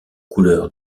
couleurs